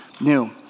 new